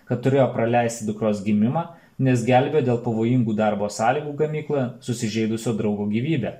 kad turėjo praleisti dukros gimimą nes gelbėjo dėl pavojingų darbo sąlygų gamykloje susižeidusio draugo gyvybę